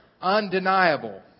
undeniable